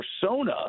persona